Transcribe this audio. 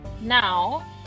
Now